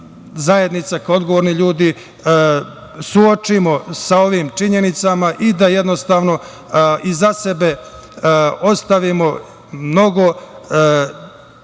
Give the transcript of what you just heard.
zajednica, kao odgovorni ljudi suočimo sa ovim činjenicama i da jednostavno iza sebe ostavimo mnogo